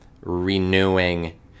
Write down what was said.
renewing